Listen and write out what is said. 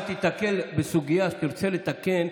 אתה תיתקל בסוגיה שתרצה לתקן,